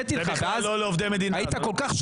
צרפתי וגם ליסמין שיש לי בחילה מהחוק הזה.